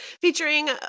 featuring